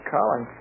Colin